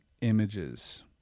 images